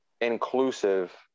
inclusive